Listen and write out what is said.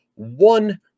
one